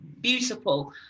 beautiful